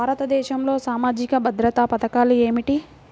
భారతదేశంలో సామాజిక భద్రతా పథకాలు ఏమిటీ?